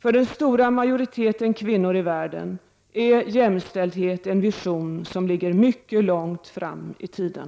För den stora majoriteten kvinnor i världen är jämställdhet en vision som ligger mycket långt fram i tiden.